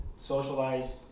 socialize